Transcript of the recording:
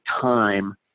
time